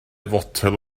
fotel